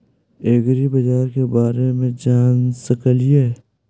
ऐग्रिबाजार के बारे मे जान सकेली?